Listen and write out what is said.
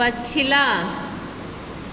पछिला